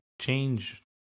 change